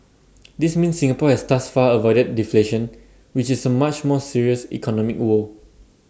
this means Singapore has thus far avoided deflation which is A much more serious economic woe